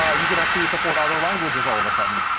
ah you could actually support other languages all of a sudden.